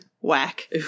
Whack